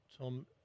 Tom